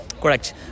Correct